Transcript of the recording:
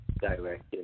direction